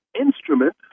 instrument